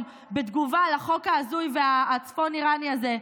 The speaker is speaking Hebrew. בתגובה לחוק ההזוי והצפון קוריאני הזה: